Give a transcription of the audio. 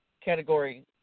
category